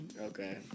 okay